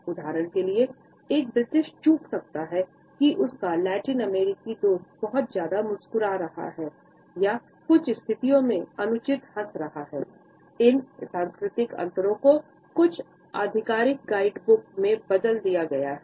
उदाहरण के लिए एक ब्रिटिश चूक सकता है की उसका लैटिन अमेरिकी दोस्त बहुत ज्यादा मुस्कुरा रहा है या कुछ स्थितियों में अनुचित हस रहा है